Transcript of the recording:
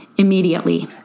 Immediately